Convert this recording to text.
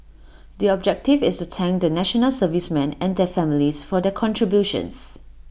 the objective is to thank the National Servicemen and their families for their contributions